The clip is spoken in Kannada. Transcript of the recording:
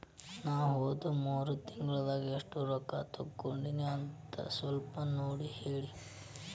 ನಾ ಹೋದ ಮೂರು ತಿಂಗಳದಾಗ ಎಷ್ಟು ರೊಕ್ಕಾ ತಕ್ಕೊಂಡೇನಿ ಅಂತ ಸಲ್ಪ ನೋಡ ಹೇಳ್ರಿ